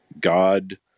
God